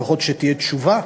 לפחות שתהיה תשובה.